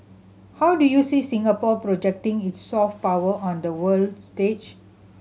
how do you see Singapore projecting its soft power on the world stage